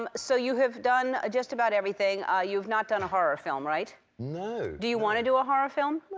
um so you have done just about everything. ah you've not done a horror film, right? no. do you want to do a horror film?